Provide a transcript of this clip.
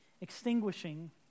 extinguishing